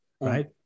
right